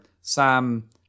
Sam